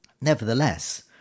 nevertheless